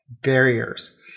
barriers